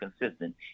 consistent